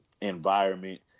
environment